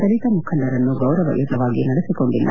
ದಲಿತ ಮುಖಂಡರನ್ನು ಗೌರವಯುತವಾಗಿ ನಡೆಸಿಕೊಂಡಿಲ್ಲ